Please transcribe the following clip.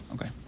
Okay